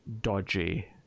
dodgy